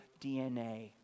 DNA